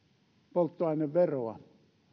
polttoaineveroa ja